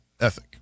ethic